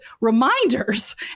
reminders